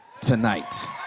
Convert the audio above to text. tonight